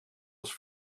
als